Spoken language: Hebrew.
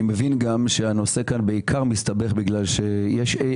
אני מבין שהנושא כאן בעיקר מסתבך בגלל שיש אי